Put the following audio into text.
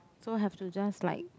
so have to just like